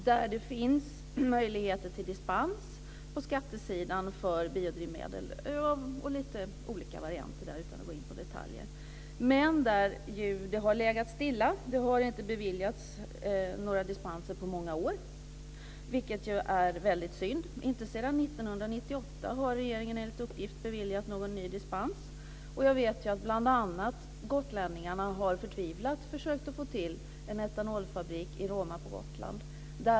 Där finns det på skattesidan möjligheter till dispens för biodrivmedel. Det finns lite olika varianter men jag ska inte gå in på detaljer. Där har det dock legat stilla. Det har inte beviljats några dispenser på många år, vilket är väldigt synd. Inte sedan år 1998 har regeringen, enligt uppgift, beviljat någon ny dispens men jag vet att bl.a. gotlänningarna förtvivlat har försökt få till stånd en etanolfabrik i Roma på Gotland.